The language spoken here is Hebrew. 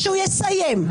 כשהוא יסיים,